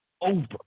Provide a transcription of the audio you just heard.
over